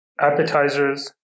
appetizers